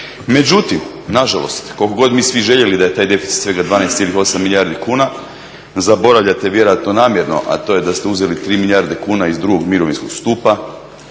Međutim na žalost koliko god mi svi željeli da je taj deficit svega 12,8 milijardi kuna zaboravljate vjerojatno namjerno, a to je da ste uzeli tri milijarde kuna iz drugog mirovinskog stupa,